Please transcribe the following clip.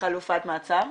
חלופת מעצר?